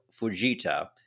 Fujita